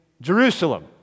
Jerusalem